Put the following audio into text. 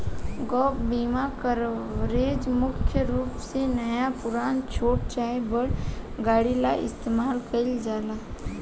gap बीमा coverage मुख्य रूप से नया पुरान, छोट चाहे बड़ गाड़ी ला इस्तमाल कईल जाला